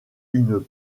une